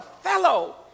fellow